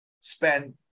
spend